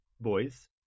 boys